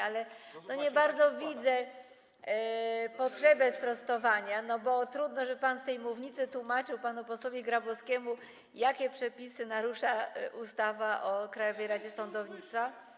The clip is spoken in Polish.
ale nie za bardzo widzę potrzebę sprostowania, bo trudno, żeby pan z tej mównicy tłumaczył panu posłowi Grabowskiemu, jakie przepisy narusza ustawa o Krajowej Radzie Sądownictwa.